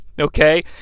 okay